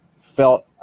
felt